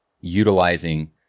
utilizing